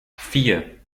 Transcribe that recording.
vier